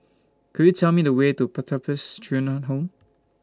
Could YOU Tell Me The Way to Pertapis Children Home